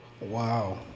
Wow